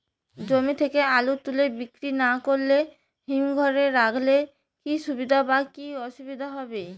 জমি থেকে আলু তুলে বিক্রি না করে হিমঘরে রাখলে কী সুবিধা বা কী অসুবিধা হবে?